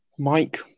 Mike